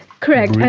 correct,